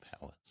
powers